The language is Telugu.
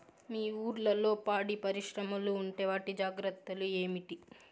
మీ ఊర్లలో పాడి పరిశ్రమలు ఉంటే వాటి జాగ్రత్తలు ఏమిటి